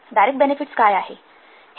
direct benefits काय आहे